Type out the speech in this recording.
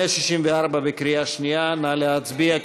164 בקריאה שנייה, נא להצביע.